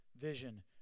vision